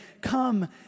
Come